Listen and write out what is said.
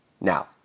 Now